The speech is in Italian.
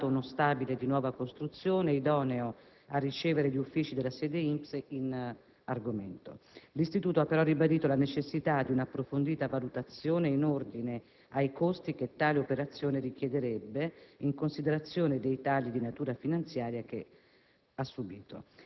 sarebbe stato individuato uno stabile, di nuova costruzione, idoneo a ricevere gli uffici della sede INPS in argomento. L'Istituto ha però ribadito la necessità di un'approfondita valutazione in ordine ai costi che tale operazione richiederebbe, in considerazione dei tagli di natura finanziaria che